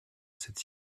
cette